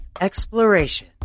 exploration